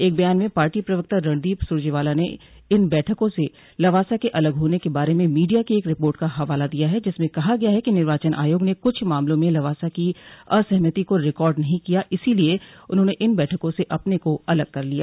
एक ब्यान में पार्टी प्रवक्ता रणदीप सुरजवाला ने इन बैठकों से लवासा के अलग होने के बारे में मीडिया की एक रिपोर्ट का हवाला दिया है जिसमें कहा गया है कि निर्वाचन आयोग ने कुछ मामलों में लवास की असहमति को रिकॉर्ड नही किया इसलिए उन्होंने इन बैठकों से अपने को अलग कर लिया